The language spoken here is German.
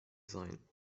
sein